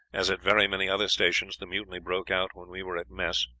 as at very many other stations, the mutiny broke out when we were at mess.